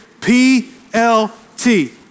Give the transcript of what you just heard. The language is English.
P-L-T